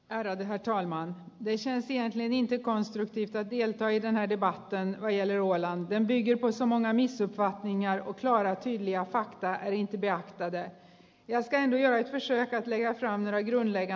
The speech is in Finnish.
härät yhä thaimaan vesiasiat lenin joka on sitä mieltä että näiden kahteen mieliruoilla bändi joko samanääniset ka vin ja saaneet vihiä faktaa ei jaa täyte ja teen vielä kysyäkään liian raameja joille ja